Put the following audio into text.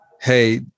hey